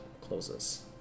closes